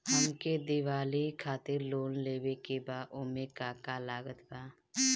हमके दिवाली खातिर लोन लेवे के बा ओमे का का लागत बा?